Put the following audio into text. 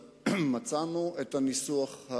השרים,